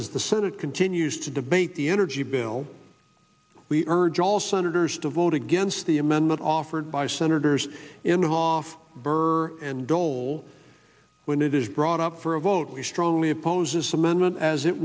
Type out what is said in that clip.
as the senate continues to debate the energy bill we urge all senators to vote against the amendment offered by senators in of off burr and dole when it is brought up for a vote we strongly opposes amendment as it